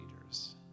leaders